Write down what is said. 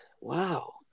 wow